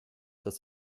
dass